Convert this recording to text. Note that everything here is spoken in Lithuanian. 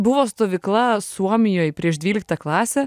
buvo stovykla suomijoj prieš dvyliktą klasę